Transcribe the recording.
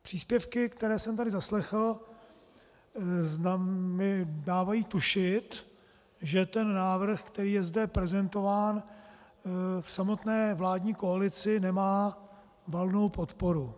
Příspěvky, které jsem tady zaslechl, mi dávají tušit, že návrh, který je zde prezentován, v samotné vládní koalici nemá valnou podporu.